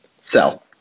Sell